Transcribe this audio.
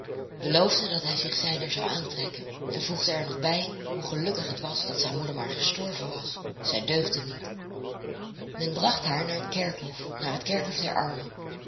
beloofde dat hij zich zijner zou aantrekken en voegde er nog bij hoe gelukkig het was dat zijn moeder maar gestorven was zij deugde niet men bracht haar naar het kerkhof naar het kerkhof der armen